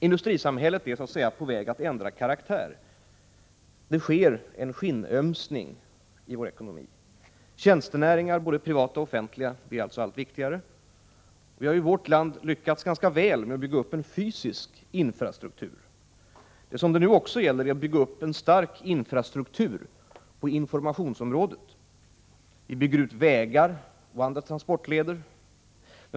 Industrisamhället är på väg att ändra karaktär — det ömsar skinn. Tjänstenäringar, både privata och offentliga, blir allt viktigare. Vi har i vårt land lyckats ganska väl med att bygga upp en fysisk infrastruktur. Det gäller nu också att bygga upp en stark infrastruktur på informationsområdet. Vi bygger ut vägar och andra transportleder.